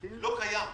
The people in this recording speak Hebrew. לא קיים.